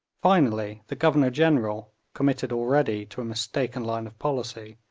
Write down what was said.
finally, the governor-general, committed already to a mistaken line of policy,